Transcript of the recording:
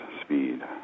speed